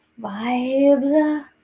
vibes